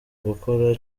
gukora